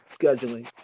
scheduling